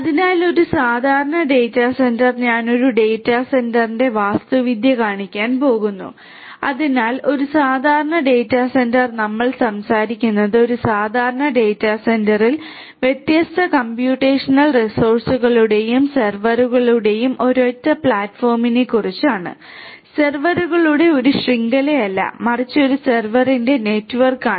അതിനാൽ ഒരു സാധാരണ ഡാറ്റാ സെന്ററിൽ ഞാൻ ഒരു ഡാറ്റാ സെന്ററിന്റെ വാസ്തുവിദ്യ കാണിക്കാൻ പോകുന്നു അതിനാൽ ഒരു സാധാരണ ഡാറ്റാ സെന്ററിൽ നമ്മൾ സംസാരിക്കുന്നത് ഒരു സാധാരണ ഡാറ്റാ സെന്ററിൽ വ്യത്യസ്ത കമ്പ്യൂട്ടേഷണൽ റിസോഴ്സുകളുടെയും സെർവറുകളുടെയും ഒരൊറ്റ പ്ലാറ്റ്ഫോമിനെക്കുറിച്ചാണ് സെർവറുകളുടെ ഒരു ശൃംഖലയല്ല മറിച്ച് ഒരു സെർവറിന്റെ നെറ്റ്വർക്കാണ്